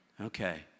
Okay